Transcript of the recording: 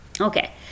Okay